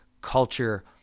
culture